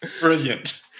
Brilliant